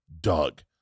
Doug